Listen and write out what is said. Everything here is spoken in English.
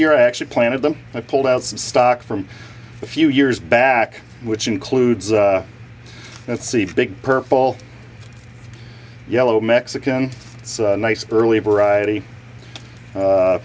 year actually planted them i pulled out some stock from a few years back which includes and see big purple yellow mexican nice early variety